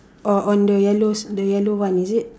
or on the yellows the yellow one is it